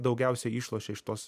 daugiausiai išlošia iš tos